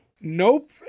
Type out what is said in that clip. nope